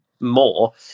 more